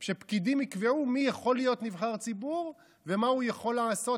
בזה שפקידים יקבעו מי יכול להיות נבחר ציבור ומה הוא יכול לעשות,